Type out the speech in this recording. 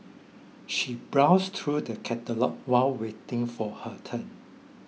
she browsed through the catalogue while waiting for her turn